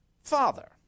Father